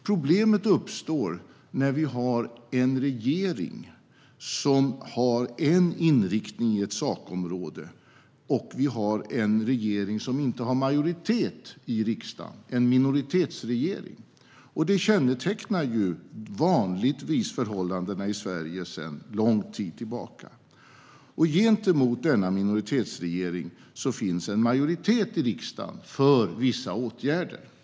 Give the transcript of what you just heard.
Problemet uppstår när vi har en regering som har en inriktning på ett sakområde men som inte har majoritet i riksdagen, en minoritetsregering. Det kännetecknar vanligtvis förhållandena i Sverige sedan lång tid tillbaka. Gentemot denna minoritetsregering finns det en majoritet i riksdagen för vissa åtgärder.